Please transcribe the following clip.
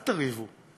אל תריבו.